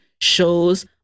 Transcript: shows